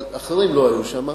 אבל אחרים לא היו שם.